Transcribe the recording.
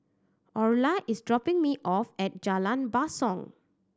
Orla is dropping me off at Jalan Basong